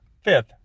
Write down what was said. fifth